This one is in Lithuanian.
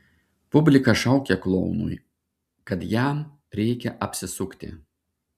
publika šaukė klounui kad jam reikia apsisukti